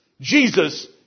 Jesus